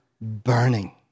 burning